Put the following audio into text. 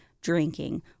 drinking